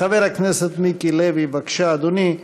חבר הכנסת מיקי לוי, בבקשה, אדוני.